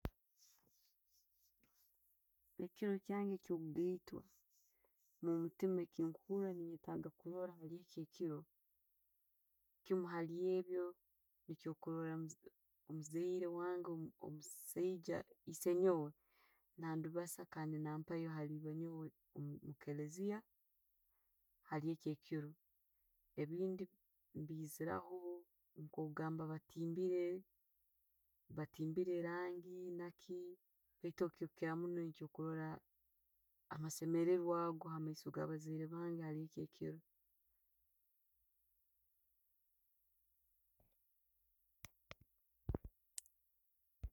Nekiro kyange ekyo gaitwa mumutiima kyenkuuhura ne taaga kuroola hali ekyo ekiiro kimu hali ebyo no kurola omuzaire wange omusaijja, essenyoowe nadibaasa kandi nampayo hali eba nyoowe omukelezia hali ekyo ekiro, ebindi biziraho nka ogamba batiimbire, batiimbire langi naki baitu ekukirayo munno niigo amasemererwa ago omumaiso gabaziare bange hali ekyo ekiro.